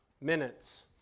minutes